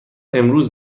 امروز